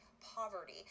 Poverty